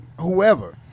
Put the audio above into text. whoever